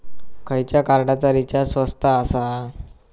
खयच्या कार्डचा रिचार्ज स्वस्त आसा?